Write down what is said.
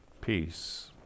peace